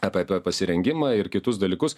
apie apie pasirengimą ir kitus dalykus